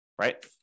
right